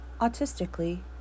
Autistically